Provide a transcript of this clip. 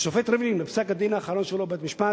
השופט ריבלין, בפסק-הדיון האחרון שלו בבית-המשפט,